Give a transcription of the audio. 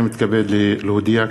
הנני מתכבד להודיע,